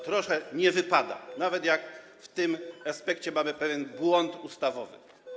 Trochę nie wypada, nawet jak w tym aspekcie mamy pewien błąd ustawowy.